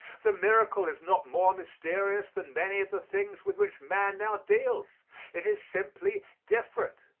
the miracle is not more mysterious than many of the things with which man now deals it is simply different.